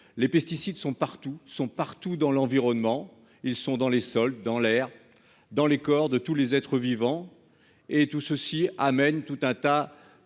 les pesticides sont partout, sont partout dans l'environnement, ils sont dans les soldes dans l'air dans les corps de tous les être vivants et tout ceci amène tout un tas